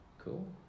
Cool